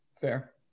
fair